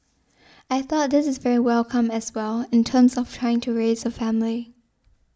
I thought this is very welcome as well in terms of trying to raise a family